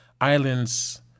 islands